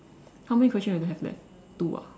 how many question do we have left two ah